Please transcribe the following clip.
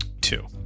Two